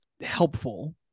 helpful